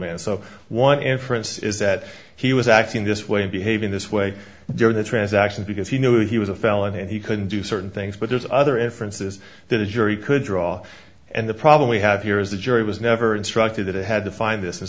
inference is that he was acting this way and behaving this way during the transaction because he knew he was a felon and he couldn't do certain things but there's other inferences that a jury could draw and the problem we have here is the jury was never instructed that it had to find this